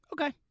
Okay